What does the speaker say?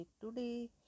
Today